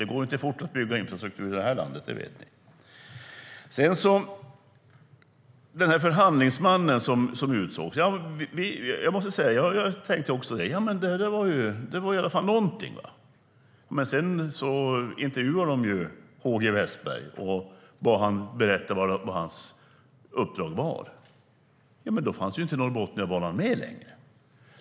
Det går inte fort att bygga infrastruktur i det här landet; det vet ni. Jag måste säga att jag också tänkte om den förhandlingsman som utsågs att det ju i alla fall var någonting. Men sedan intervjuade man H G Wessberg och bad honom berätta vad hans uppdrag var, och då fanns inte Norrbotniabanan med längre.